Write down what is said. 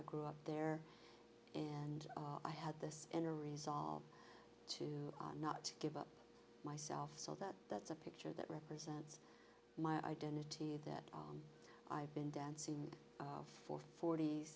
i grew up there and i had this inner resolve to not give up myself so that that's a picture that represents my identity that i've been dancing for forty